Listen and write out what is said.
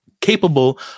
capable